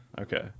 Okay